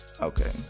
Okay